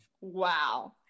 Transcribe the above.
Wow